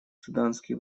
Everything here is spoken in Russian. суданские